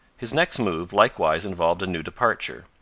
his next move likewise involved a new departure.